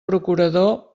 procurador